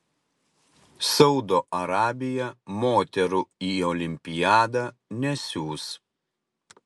saudo arabija moterų į olimpiadą nesiųs